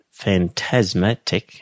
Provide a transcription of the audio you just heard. phantasmatic